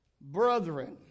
Brethren